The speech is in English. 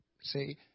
See